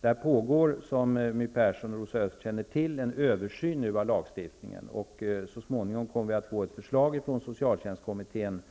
Det pågår, som My Persson och Rosa Östh känner till, en översyn av lagstiftningen på det området. Så småningom kommer vi att få ett förslag från socialtjänstkommittén.